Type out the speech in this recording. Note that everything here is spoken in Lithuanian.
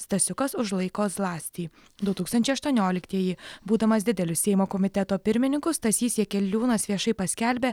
stasiukas užlaiko zlastį du tūkstančiai aštuonioliktieji būdamas dideliu seimo komiteto pirmininku stasys jakeliūnas viešai paskelbė